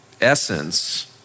essence